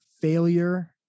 failure